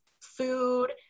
food